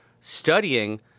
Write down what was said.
studying